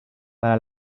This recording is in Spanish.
para